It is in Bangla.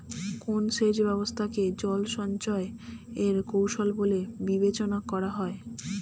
কোন সেচ ব্যবস্থা কে জল সঞ্চয় এর কৌশল বলে বিবেচনা করা হয়?